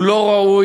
הוא לא ראוי,